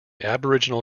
aboriginal